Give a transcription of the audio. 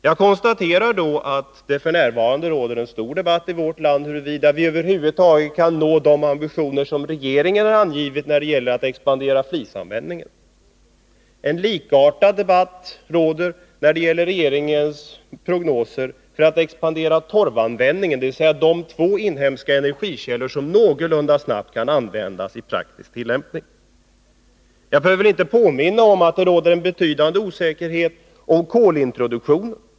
Jag konstaterar då att det f. n. förs en debatt i vårt land, huruvida vi över huvud taget kan nå de ambitioner som regeringen angivit när det gäller att expandera flisanvändningen. En likartad debatt förs om regeringens prognoser för att expandera torvanvändningen. Detta är de två inhemska energikällor som någorlunda snart kan komma till praktisk användning. Jag behöver inte påminna om att det råder oenighet om kolintroduktionen.